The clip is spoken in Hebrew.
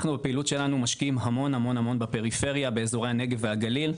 אנחנו בפעילות שלנו משקיעים המון המון בפריפריה באזורי הנגב והגליל,